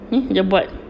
ni dia buat